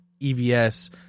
EVS